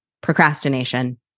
procrastination